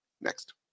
next